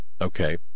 okay